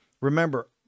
remember